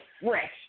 fresh